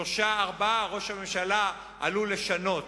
שלושה חודשים או ארבעה ראש הממשלה עלול לשנות